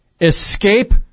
Escape